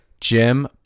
Jim